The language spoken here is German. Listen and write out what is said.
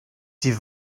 sie